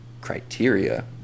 criteria